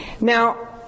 Now